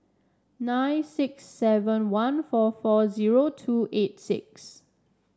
nine six seven one four four zero two eight six